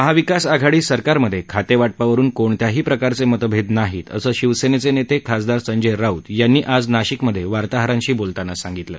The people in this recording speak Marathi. महाविकास आघाडी सरकारमध्ये खाते वाटपावरून कोणत्याही प्रकारचे मतभेद नाहीत असं शिवसेनेचे नेते खासदार संजय राऊत यांनी आज नाशिकमध्ये वार्ताहरांशी बोलताना सांगितलं